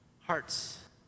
hearts